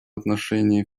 отношении